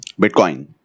Bitcoin